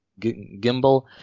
gimbal